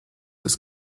des